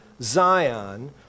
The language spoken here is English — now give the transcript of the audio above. Zion